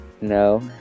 No